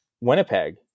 Winnipeg